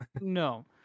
No